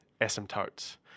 asymptotes